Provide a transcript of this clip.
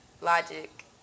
Logic